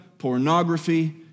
Pornography